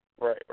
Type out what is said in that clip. Right